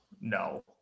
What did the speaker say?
No